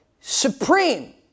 supreme